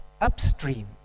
upstream